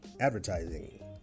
Advertising